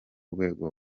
rwego